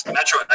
Metro